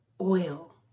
oil